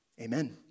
amen